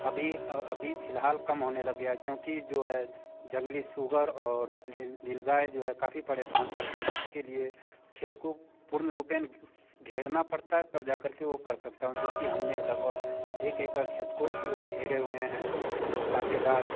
अभी अभी फिलहाल कम होने लग गया क्योंकि जो है जंगली सुअर और नीलगाय जो है काफ़ी परेशान करता है जिसके लिए खेत को पूर्ण रूपन घेरना पड़ता है तब जा कर के वो कर सकता हूँ जो कि हम ने लगभग एक एकड़ खेत को वो घेरे हुएँ हैं जो काँटेदार